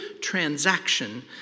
transaction